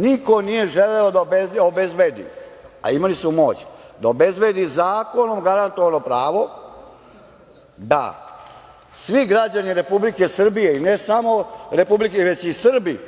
Niko nije želeo da obezbedi, a imali su moć, da obezbedi zakonom garantovano pravo da svi građani Republike Srbije, i ne samo Republike Srbije, već i Srbi